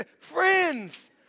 Friends